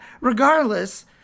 regardless